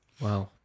Wow